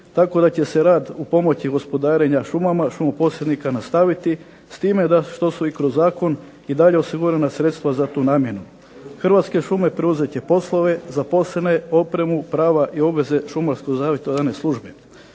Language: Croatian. tako da će se rad u pomoći gospodarenja šumama šumoposjednika nastaviti s time da što su i kroz zakon i dalje osigurana sredstva za tu namjenu. Hrvatske šume preuzet će se poslove, zaposlene, opremu, prava i obveze Šumarsko-savjetodavne službe.